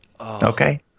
okay